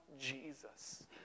Jesus